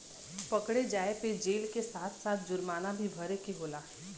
पकड़े जाये पे जेल के साथ साथ जुरमाना भी भरे के होला